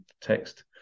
text